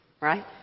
Right